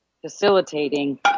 facilitating